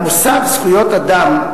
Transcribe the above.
המושג "זכויות אדם"